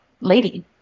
lady